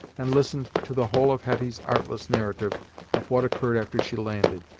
and listened to the whole of hetty's artless narrative of what occurred after she landed.